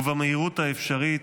ובמהירות האפשרית,